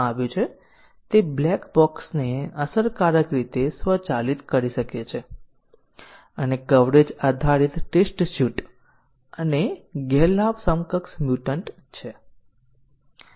statement ઘણા વેરિયેબલનો ઉપયોગ કરી શકે છે અને શક્ય છે કે તે મૂલ્ય સોંપી શકે અથવા એક વેરિયેબલનું મૂલ્ય નિર્ધારિત કરી શકે